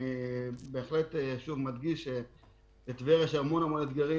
אני בהחלט מדגיש שלטבריה יש המון אתגרים